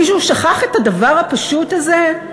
מישהו שכח את הדבר הפשוט הזה?